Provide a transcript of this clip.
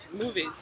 movies